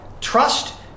trust